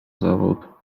zawód